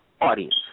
audience